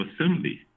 Assembly